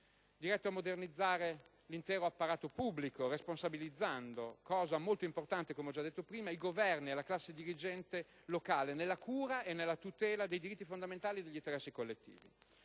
diretto a modernizzare l'intero apparato pubblico, responsabilizzando, cosa molto importante, come ho già detto prima, i Governi e le classi dirigenti locali nella cura e nella tutela dei diritti fondamentali e degli interessi collettivi.